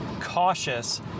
cautious